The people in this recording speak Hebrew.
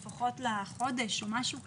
לפחות לחודש או משהו כזה.